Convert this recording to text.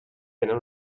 tenen